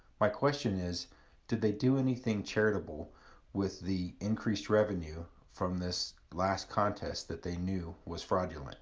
my question is did they do anything charitable with the increased revenue from this last contest that they knew was fraudulent